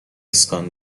اسکان